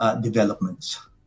developments